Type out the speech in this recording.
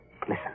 Listen